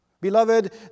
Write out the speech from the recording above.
Beloved